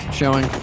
showing